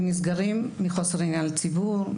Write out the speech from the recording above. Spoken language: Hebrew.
הם נסגרים מחוסר עניין לציבור,